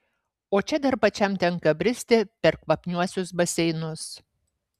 o čia dar pačiam tenka bristi per kvapniuosius baseinus